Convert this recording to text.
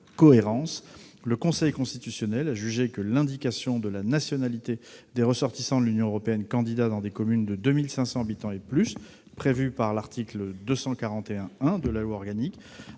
le Conseil constitutionnel avait jugé que l'indication de la nationalité des ressortissants de l'Union européenne candidats dans des communes de 2 500 habitants et plus, prévue à peine de nullité par